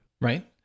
right